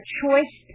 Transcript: choice